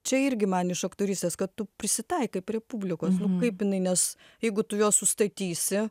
čia irgi man iš aktorystės kad tu prisitaikai prie publikos nu kaip jinai nes jeigu tu juos sustatysi